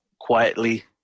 quietly